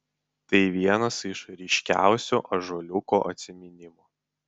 tai vienas iš ryškiausių ąžuoliuko atsiminimų